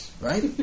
right